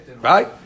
Right